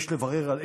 ולכן,